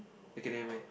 okay never mind